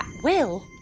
will.